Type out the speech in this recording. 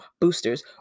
boosters